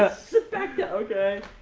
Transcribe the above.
ah sit back down! okay!